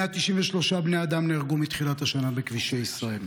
193 בני אדם נהרגו מתחילת השנה בכבישי ישראל.